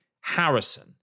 Harrison